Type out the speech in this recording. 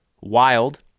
wild